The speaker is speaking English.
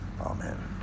amen